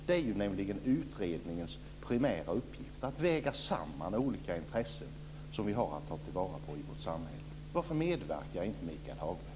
Det är en utrednings primära uppgift att väga samman olika intressen som vi har att ta till vara i samhället. Varför medverkar inte Michael Hagberg?